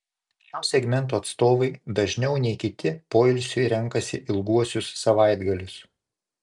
šio segmento atstovai dažniau nei kiti poilsiui renkasi ilguosius savaitgalius